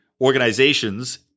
organizations